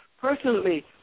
Personally